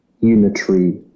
unitary